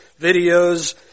videos